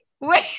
Wait